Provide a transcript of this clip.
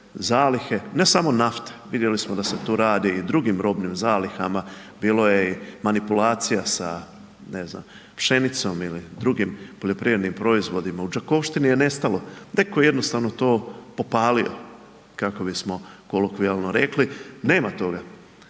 zalihe, ne samo nafte, vidjeli smo da se tu radi i o drugim robnim zalihama, bilo je manipulacija sa ne znam pšenicom ili drugim poljoprivrednim proizvodima. U Đakovštini je nestalo, netko je jednostavno to popalio kako bismo kolokvijalno rekli, nema toga.